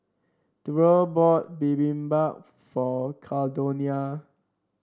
Durrell bought Bibimbap for Caldonia